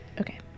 Okay